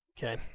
Okay